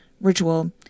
ritual